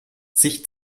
sich